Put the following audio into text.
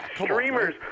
streamers